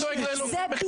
אני לא דואג לאלוקים בכלל,